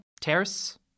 Terrace